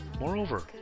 Moreover